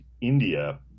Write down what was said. India